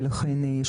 ולכן,